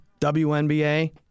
WNBA